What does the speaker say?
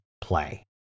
play